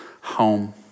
home